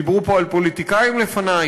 דיברו פה על פוליטיקאים לפני,